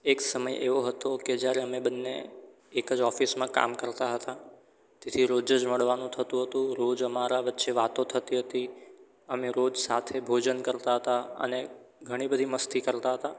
એક સમય એવો હતો કે જ્યારે અમે બંને એક જ ઓફિસમાં કામ કરતા હતા તેથી રોજ જ મળવાનું થતું હતું રોજ અમારા વચ્ચે વાતો થતી હતી અમે રોજ સાથે ભોજન કરતા હતા અને ઘણી બધી મસ્તી કરતા હતા